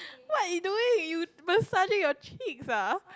what you doing you massaging your cheeks ah